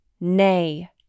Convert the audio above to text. Nay